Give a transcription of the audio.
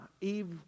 Eve